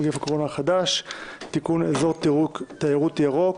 נגיף הקורונה החדש (תיקון אזור תיירות ירוק)